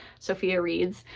sofiareads.